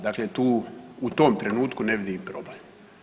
Dakle, tu u tom trenutku ne vidim problem.